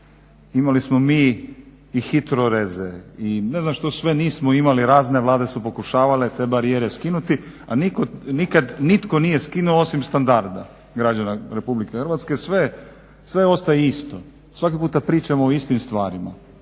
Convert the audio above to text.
imali smo mi i HITROREZ-e i ne znam što sve nismo imali, razne vlade su pokušavale te barijere skinuti, a nitko nikad nije skinuo osim standarda građana Republike Hrvatske. Sve ostaje isto, svaki puta pričamo o istim stvarima.